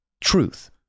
truth